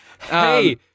Hey